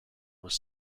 was